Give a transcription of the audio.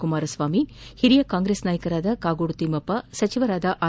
ಕುಮಾರ ಸ್ವಾಮಿ ಓರಿಯ ಕಾಂಗ್ರೆಸ್ ನಾಯಕರಾದ ಕಾಗೋಡು ತಿಮ್ನಪ್ಪ ಸಚಿವರಾದ ಆರ್